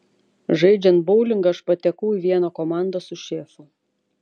žaidžiant boulingą aš patekau į vieną komandą su šefu